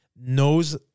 knows